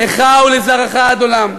לך ולזרעך עד עולם.